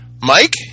Mike